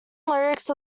lyrics